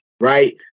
right